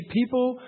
people